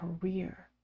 career